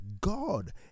God